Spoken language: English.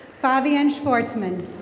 favian shortsman.